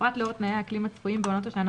בפרט לאור תנאי האקלים הצפויים בעונות השנה